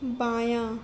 بایاں